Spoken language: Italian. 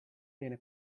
viene